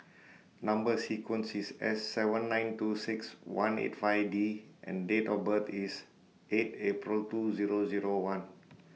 Number sequence IS S seven nine two six one eight five D and Date of birth IS eight April two Zero Zero one